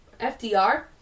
FDR